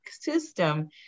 system